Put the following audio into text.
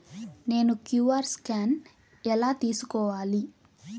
నేను QR scan ఎలా తీసుకోవాలి?